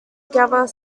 together